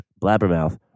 blabbermouth